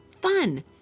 fun